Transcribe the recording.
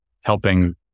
helping